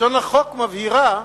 לשון החוק מבהירה